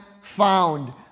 found